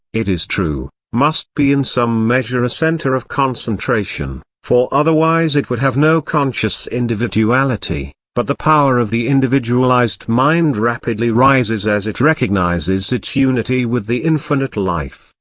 it is true, must be in some measure a centre of concentration, for otherwise it would have no conscious individuality but the power of the individualised mind rapidly rises as it recognises its unity with the infinite life,